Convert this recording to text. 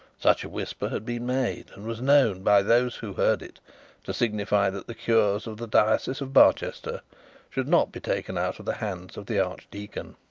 such a whisper had been made, and was known by those who heard it to signify that the cures of the diocese of barchester should not be taken out of the hands of the archdeacon.